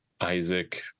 Isaac